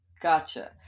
Gotcha